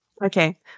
Okay